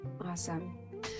Awesome